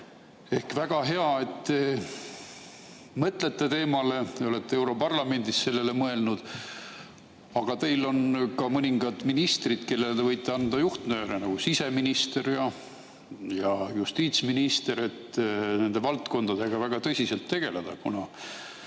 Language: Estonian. teha. Väga hea, et te mõtlete teemale, olete europarlamendis sellele mõelnud. Aga teil on ka mõningad ministrid, kellele te võite anda juhtnööre, nagu siseminister ja justiitsminister, et nende valdkondadega väga tõsiselt tegeleda.